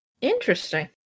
Interesting